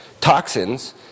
Toxins